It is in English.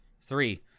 Three